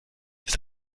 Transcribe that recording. ist